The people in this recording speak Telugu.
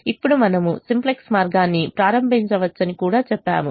ఇప్పుడు మనము సింప్లెక్స్ మార్గాన్ని ప్రారంభించవచ్చని కూడా చెప్పాము